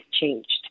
changed